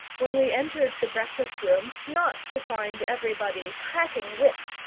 when we entered the breakfast-room, not to find everybody cracking whips,